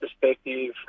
perspective